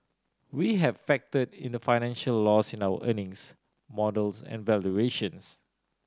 we have factored in the financial loss in our earnings model and valuations